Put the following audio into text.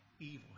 evil